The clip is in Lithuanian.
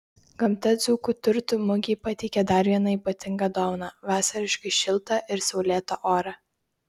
gamta dzūkų turtų mugei pateikė dar vieną ypatingą dovaną vasariškai šiltą ir saulėtą orą